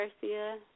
Garcia